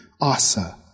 Asa